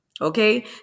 Okay